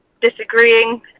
disagreeing